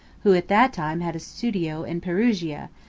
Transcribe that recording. who at that time had a studio in perugia,